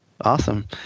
Awesome